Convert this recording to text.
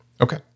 Okay